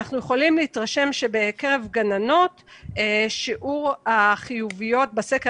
ואנחנו יכולים להתרשם שבקרב גננות שיעור החיוביות בסקר